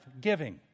giving